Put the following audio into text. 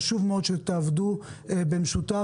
חשוב מאוד שתעבדו במשותף.